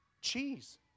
Cheese